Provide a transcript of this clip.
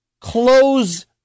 close